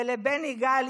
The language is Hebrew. ולבן יגאל,